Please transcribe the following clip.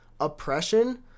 oppression